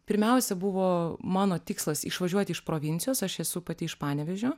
pirmiausia buvo mano tikslas išvažiuoti iš provincijos aš esu pati iš panevėžio